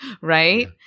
Right